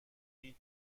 هیچ